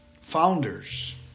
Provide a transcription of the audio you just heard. founders